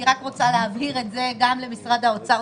אני רק רוצה להבהיר את זה גם למשרד האוצר,